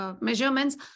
measurements